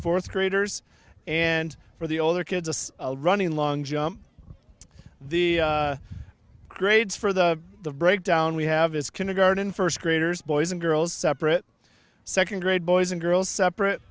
fourth graders and for the older kids running long jump the grades for the breakdown we have is kindergarten first graders boys and girls separate second grade boys and girls separate